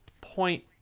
point